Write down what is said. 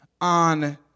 on